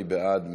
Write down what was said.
מי בעד?